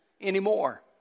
anymore